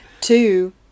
Two